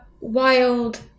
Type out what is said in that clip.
wild